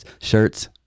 shirts